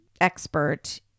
expert